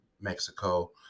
Mexico